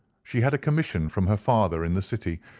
she had a commission from her father in the city,